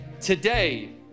today